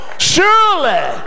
Surely